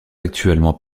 actuellement